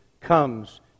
comes